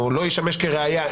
או לא ישמש כראיה,